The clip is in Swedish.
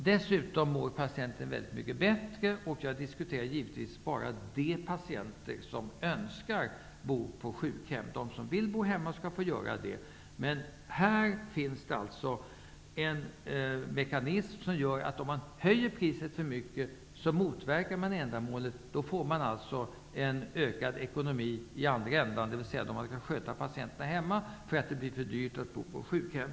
Dessutom mår patienten mycket bättre. Jag talar då givetvis bara om de patienter som önskar bo på sjukhem. De som vill bo hemma skall få göra det. Här finns en mekanism som gör att ändamålet motverkas om man höjer priset för mycket. Då blir det billigare i andra ändan, dvs. patienterna får skötas hemma för att det blir för dyrt om de bor på sjukhem.